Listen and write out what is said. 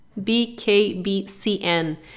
BKBCN